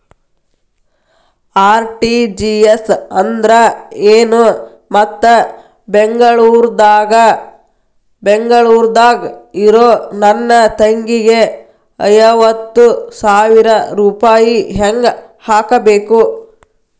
RTGS ಅಂದ್ರ ಏನು ಮತ್ತ ಬೆಂಗಳೂರದಾಗ್ ಇರೋ ನನ್ನ ತಂಗಿಗೆ ಐವತ್ತು ಸಾವಿರ ರೂಪಾಯಿ ಹೆಂಗ್ ಹಾಕಬೇಕು?